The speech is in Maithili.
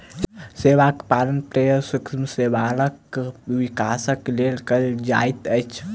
शैवाल पालन प्रायः सूक्ष्म शैवालक विकासक लेल कयल जाइत अछि